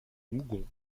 mougon